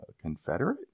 confederate